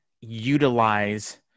utilize –